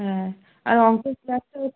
হ্যাঁ আর অঙ্ক ক্লাসেও